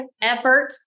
effort